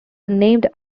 named